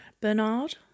Bernard